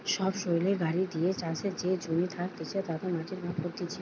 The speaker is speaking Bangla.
সবসৈলের গাড়ি দিয়ে চাষের যে জমি থাকতিছে তাতে মাটি ভাগ করতিছে